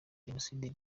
genocide